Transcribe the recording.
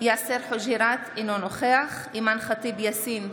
יאסר חוג'יראת, אינו נוכח אימאן ח'טיב יאסין,